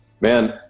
man